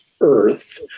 Earth